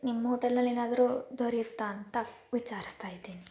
ನಿಮ್ಮ ಹೋಟೆಲ್ನಲ್ಲಿ ಏನಾದ್ರೂ ದೊರೆಯುತ್ತಾ ಅಂತ ವಿಚಾರಿಸ್ತಾ ಇದ್ದೀನಿ